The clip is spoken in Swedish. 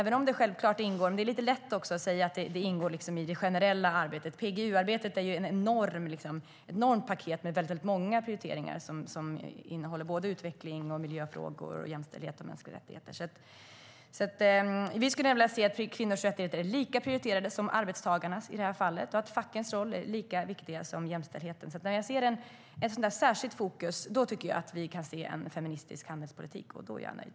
Det är lite för lätt att säga att det ingår i det generella arbetet. PGU-arbetet är ett enormt paket med många prioriteringar där utveckling, miljöfrågor, jämställdhet och mänskliga rättigheter ingår. Jag skulle vilja se att kvinnornas rättigheter är lika högt prioriterade som arbetstagarnas och att jämställdheten spelar lika stor roll som facken. När jag ser ett sådant särskilt fokus ser jag en feministisk handelspolitik, och då är jag nöjd.